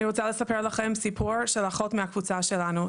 אני רוצה לספר לכם סיפור של אחות מהקבוצה שלנו,